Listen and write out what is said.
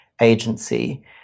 agency